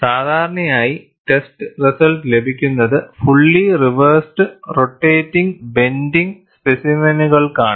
സാധാരണയായി test result ലഭിക്കുന്നത് fully reversed rotating bending സ്പെസിമെനുകൾക്കാണ്